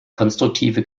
konstruktive